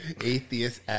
Atheist